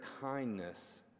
kindness